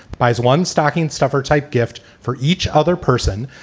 buys one stocking stuffer type gift for each other person.